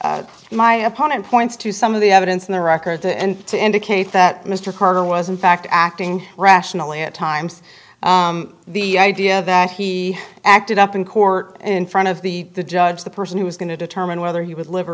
but my opponent points to some of the evidence in the records and to indicate that mr carter was in fact acting rationally at times the idea that he acted up in court in front of the judge the person who was going to determine whether he would live or